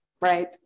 right